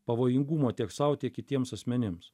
pavojingumo tiek sau tiek kitiems asmenims